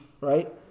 right